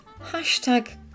Hashtag